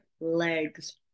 legs